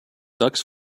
ducks